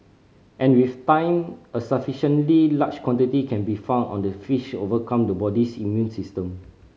and with time a sufficiently large quantity can be found on the fish overcome the body's immune system